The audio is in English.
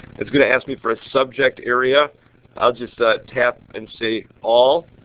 it is going to ask me for a subject area i will just ah tap and say all.